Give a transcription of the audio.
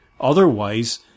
otherwise